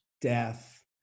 death